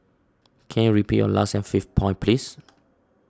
can you repeat your last and fifth point please